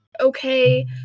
okay